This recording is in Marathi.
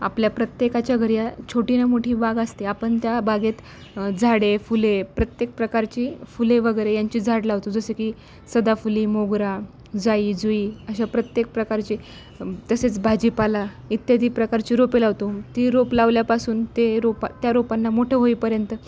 आपल्या प्रत्येकाच्या घरी या छोटी ना मोठी बाग असते आपण त्या बागेत झाडे फुले प्रत्येक प्रकारची फुले वगैरे यांची झाड लावतो जसे की सदाफुली मोगरा जाई जुई अशा प्रत्येक प्रकारची तसेच भाजीपाला इत्यादी प्रकारची रोपे लावतो ती रोप लावल्यापासून ते रोपा त्या रोपांना मोठे होईपर्यंत